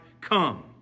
come